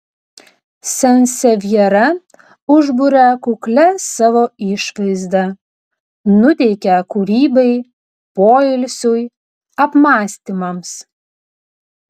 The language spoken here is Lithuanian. sansevjera užburia kuklia savo išvaizda nuteikia kūrybai poilsiui apmąstymams